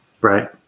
Right